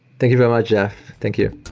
thank you very much, jeff thank you